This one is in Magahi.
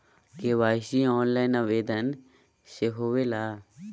के.वाई.सी ऑनलाइन आवेदन से होवे ला?